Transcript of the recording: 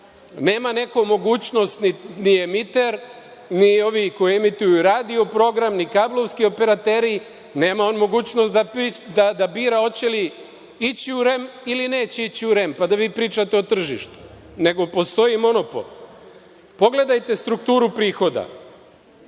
nema neku mogućnost ni emiter, ni ovi koji emituju radio program, ni kablovski operateri, nema on mogućnost da bira hoće li ići u REM ili neće ići u REM, pa da vi pričate o tržištu, nego postoji monopol. Pogledajte strukturu prihoda.